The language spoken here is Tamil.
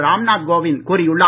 ராம்நாத் கோவிந்த கூறியுள்ளார்